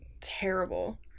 terrible